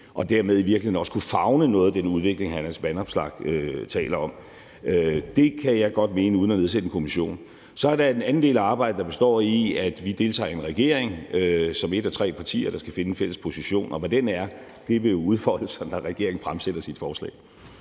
og dermed i virkeligheden også kan favne noget af den udvikling, hr. Alex Vanopslagh taler om. Det kan jeg godt mene uden at nedsætte en kommission. Så er der den anden del af arbejdet, der består i, at vi deltager i en regering som et af tre partier, der skal finde en fælles position, og hvad den er, vil udfolde sig, når regeringen fremsætter sit forslag.